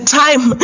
time